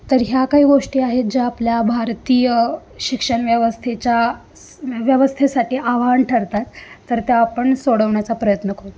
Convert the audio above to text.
तर ह्या काही गोष्टी आहेत ज्या आपल्या भारतीय शिक्षण व्यवस्थेच्या व्यवस्थेसाठी आवाहन ठरतात तर त्या आपण सोडवण्याचा प्रयत्न करू